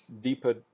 deeper